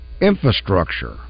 infrastructure